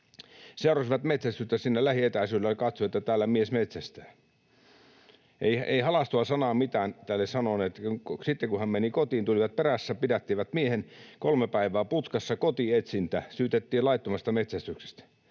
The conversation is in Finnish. Seurasivat metsästystä siinä lähietäisyydellä ja katsoivat, että täällä mies metsästää. Eivät halaistua sanaa, mitään, tälle sanoneet. Sitten kun hän meni kotiin, tulivat perässä, pidättivät miehen: kolme päivää putkassa, kotietsintä, syytettiin laittomasta metsästyksestä,